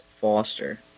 Foster